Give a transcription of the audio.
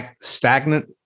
stagnant